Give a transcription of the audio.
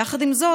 יחד עם זאת,